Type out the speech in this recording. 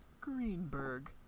Greenberg